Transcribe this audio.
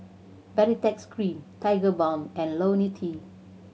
Baritex Cream Tigerbalm and Lonil T